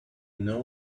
know